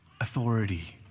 authority